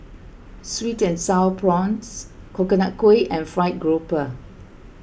Sweet and Sour Prawns Coconut Kuih and Fried Grouper